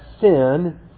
sin